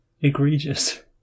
egregious